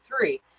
three